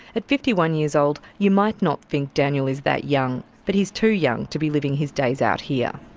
at fifty one years old, you might not think daniel is that young. but he's too young to be living his days out here.